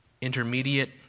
intermediate